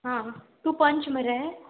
हां तूं पंच मरे